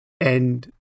and-